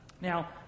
Now